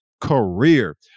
career